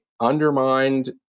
undermined